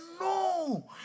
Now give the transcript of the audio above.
no